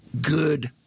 good